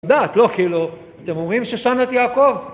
יודעת, לא כאילו, אתם אומרים ששנת יעקב